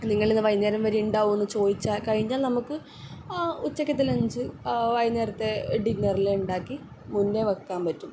നിങ്ങളിന്ന് വൈകുന്നേരം വരെ ഉണ്ടാകുവോന്ന് ചോദിച്ചാൽ കഴിഞ്ഞാൽ നമുക്ക് ആ ഉച്ചക്കത്തെ ലെഞ്ച് വൈകുനേരത്തെ ഡിന്നറെല്ലാം ഉണ്ടാക്കി മുന്നെ വെക്കാൻ പറ്റും അപ്പോൾ